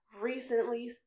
Recently